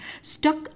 stuck